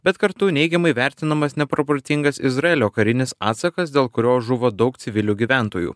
bet kartu neigiamai vertinamas neproporcingas izraelio karinis atsakas dėl kurio žuvo daug civilių gyventojų